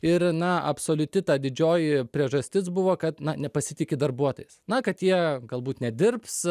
ir na absoliuti ta didžioji priežastis buvo kad nepasitiki darbuotojais na kad jie galbūt nedirbs